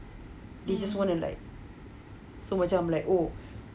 they just want to like so macam like oh